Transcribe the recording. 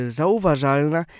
zauważalna